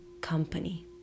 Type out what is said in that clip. company